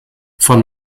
von